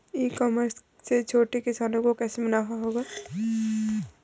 ई commerce से छोटे किसानों को कैसे मुनाफा होगा?